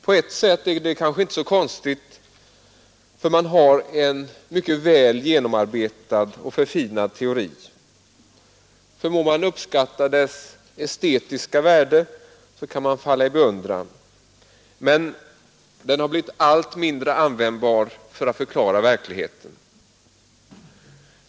På ett sätt är detta kanske inte så konstigt, för man har en mycket väl genomarbetad och förfinad teori. Om man förmår uppskatta dess estetiska värde kan man falla i beundran. Men den har blivit allt mindre användbar för att förklara verkligheten.